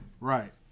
Right